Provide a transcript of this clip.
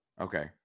Okay